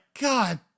God